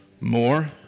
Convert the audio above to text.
More